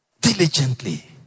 Diligently